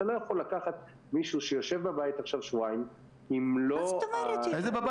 אתה לא יכול לקחת מישהו שיושב בבית עכשיו שבועיים --- איזה בבית?